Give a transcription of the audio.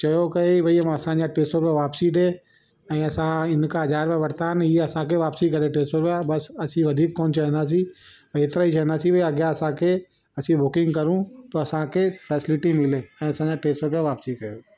चयो कई भई असांजा टे सौ रुपया वापसी ॾे ऐं असां इनखां हज़ार रुपया वरिता आहिनि इहे असांखे वापसी करे टे सौ रुपया बसि असीं वधीक कोन चवंदासीं एतिरो ई चवंदासीं भैया अॻिया असांखे अची बुकिंग करूं त असांखे फेसिलिटी मिले ऐं असांजा टे सौ रुपया वापसी कयो